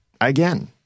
again